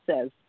says